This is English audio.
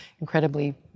incredibly